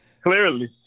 Clearly